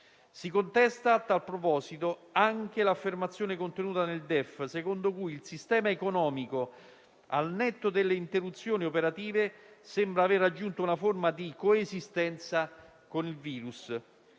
Si contesta, a tal proposito, anche l'affermazione contenuta nel DEF secondo cui il sistema economico, al netto delle interruzioni operative, sembra aver raggiunto una forma di coesistenza con il virus*.*